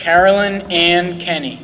carolyn and kenny